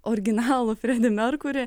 originalų fredį merkurį